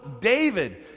David